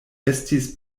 estis